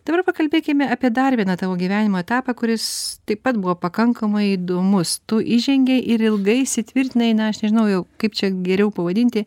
dabar pakalbėkime apie dar vieną tavo gyvenimo etapą kuris taip pat buvo pakankamai įdomus tu įžengei ir ilgai įsitvirtinai na aš nežinau jau kaip čia geriau pavadinti